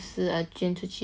then 我